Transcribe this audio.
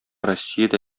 россиядә